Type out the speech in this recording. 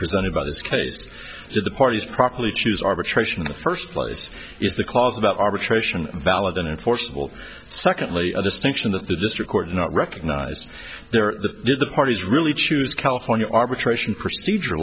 presented by this case if the parties properly choose arbitration in the first place is the clause about arbitration valid and enforceable secondly a distinction that the district court not recognized there or the did the parties really choose california arbitration procedure